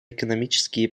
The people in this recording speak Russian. экономические